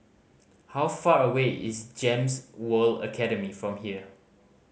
how far away is GEMS World Academy from here